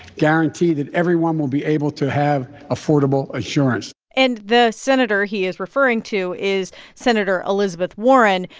guarantee that everyone will be able to have affordable insurance and the senator he is referring to is senator elizabeth warren,